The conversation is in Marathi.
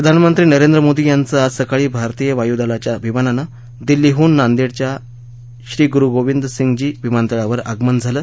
प्रधानमंत्री नरेंद्र मोदी यांचं आज सकाळी भारतीय वायू दलाच्या विमानाने दिल्लीहून नांदेडच्या श्री गुरुगोबिंदसिंघजी विमानतळावर आगमन झाले